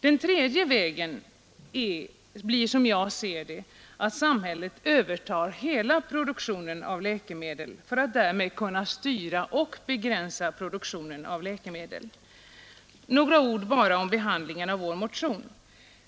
Den tredje vägen blir, som jag ser det, att samhället övertar hela produktionen av läkemedel för att därmed kunna styra och begränsa produktionen av läkemedel. Jag vill också säga några ord om behandlingen av vår motion.